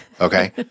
okay